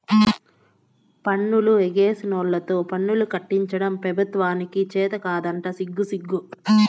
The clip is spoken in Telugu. పన్నులు ఎగేసినోల్లతో పన్నులు కట్టించడం పెబుత్వానికి చేతకాదంట సిగ్గుసిగ్గు